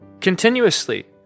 continuously